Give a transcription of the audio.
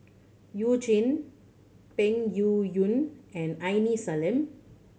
You Jin Peng Yuyun and Aini Salim